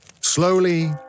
Slowly